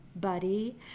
buddy